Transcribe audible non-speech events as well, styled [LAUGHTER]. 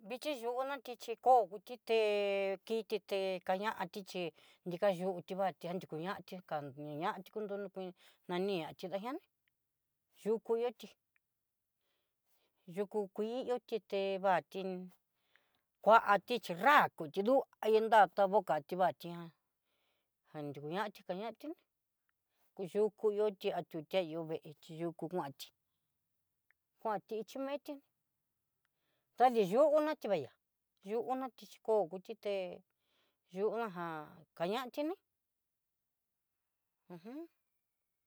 Vixhi yunati chí kó kuyité kitete kañan tiche, nriakanyu tiva'a tian nrukuñatí ti'á nrukuñati, ká dukuñati kundo yukin nani ña xhidajiani yukú yoti, yukú kuii yo'o tite, vatin kuati xhi nrá kuti ndú ahi vá'a kuti ndú ahi nrá ta voca tivati ján, jan nrukuñati kañati ñan yukú yo'o ti'á yo'o vee ti yukú kuanti kuanti xhimeti tadiyuonti vaya yu'u nati'á xhikoó hu yuté, yu ojá ján kaña xhini, uj. [HESITATION]